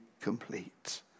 complete